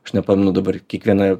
aš nepamenu dabar kiekvieną